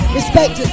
Respect